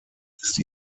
ist